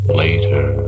later